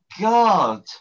God